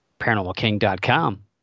ParanormalKing.com